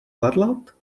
varlat